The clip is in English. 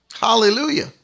Hallelujah